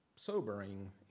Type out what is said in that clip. sobering